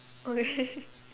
okay